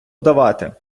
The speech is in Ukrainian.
давати